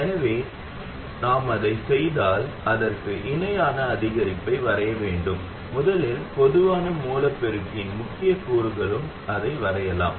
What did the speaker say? எனவே நாம் அதைச் செய்தால் இதற்கு இணையான அதிகரிப்பை வரைய வேண்டும் முதலில் பொதுவான மூலப் பெருக்கியின் முக்கிய கூறுகளுக்கு அதை வரையலாம்